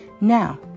Now